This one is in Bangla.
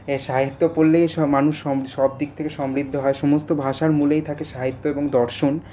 হ্যাঁ সাহিত্য পড়লেই স মানুষ সম সবদিক থেকে সমৃদ্ধ হয় সমস্ত ভাষার মূলেই থাকে সাহিত্য এবং দর্শন